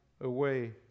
away